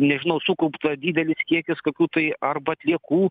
nežinau sukaupta didelis kiekis kokių tai arba atliekų